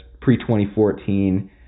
pre-2014